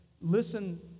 listen